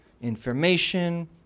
information